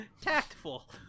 tactful